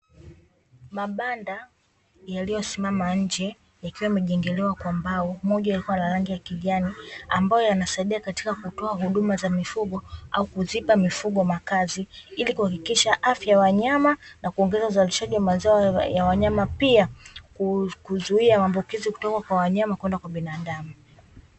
Mabanda yaliyosimama nje yakiwa yamejengelewa kwa mbao, moja likiwa na rangi ya kijani ambayo yanasaidia katika kutoa huduma za mifugo au kuzipa mifugo makazi. Ili kuhakikisha afya ya wanyama, na kuongeza uzalishaji wa mazao ya wanyama, pia kuzuia maambukizi kutoka wanyama kwenda kwa binadamu.